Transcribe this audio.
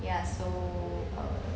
ya so uh